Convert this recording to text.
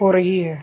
ہو رہی ہے